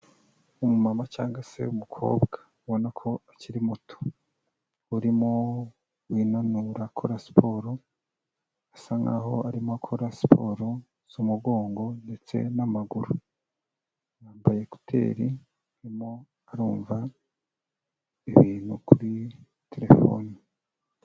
Umumama cyangwa se umukobwa ubona ko akiri muto, urimo winanura akora siporo, asa nkaho arimo akora siporo z'umugongo ndetse n'amaguru, yambaye ekuteri, arimo arumva ibintu kuri terefone.